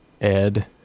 ed